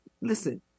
listen